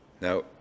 Now